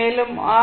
மேலும் ஆர்